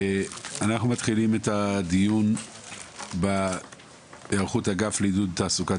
אנחנו מתחילים את הדיון בהיערכות האגף לעידוד תעסוקת